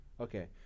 Okay